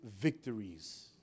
victories